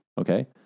okay